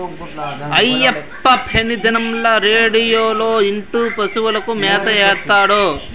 అయ్యప్ప పెతిదినంల రేడియోలో ఇంటూ పశువులకు మేత ఏత్తాడు